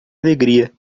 alegria